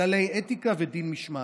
כללי אתיקה ודין משמעתי.